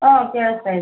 ಹ್ಞೂ ಕೇಳಿಸ್ತಾ ಇದೆ